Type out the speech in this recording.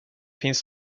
finns